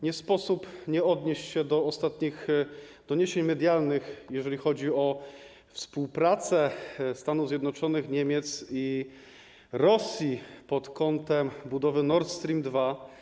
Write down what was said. Nie sposób nie odnieść się do ostatnich doniesień medialnych, jeżeli chodzi o współpracę Stanów Zjednoczonych, Niemiec i Rosji pod kątem budowy Nord Stream 2.